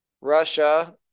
Russia